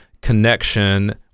connection